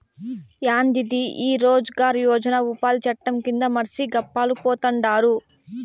యాందిది ఈ రోజ్ గార్ యోజన ఉపాది చట్టం కింద మర్సి గప్పాలు పోతండారు